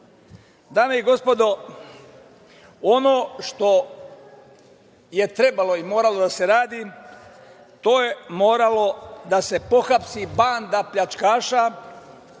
važi. Dame i gospodo, ono što je trebalo i moralo da se radi, to je moralo da se pohapsi banda pljačkaša